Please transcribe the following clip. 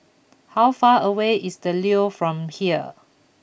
how far away is The Leo from here